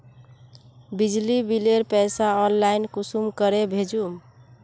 बिजली बिलेर पैसा ऑनलाइन कुंसम करे भेजुम?